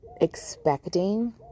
expecting